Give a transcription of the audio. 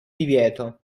divieto